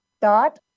dot